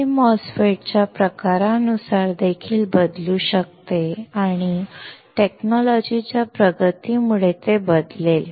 हे MOSFET च्या प्रकारानुसार देखील बदलू शकते आणि तंत्रज्ञानाच्या प्रगतीमुळे ते बदलेल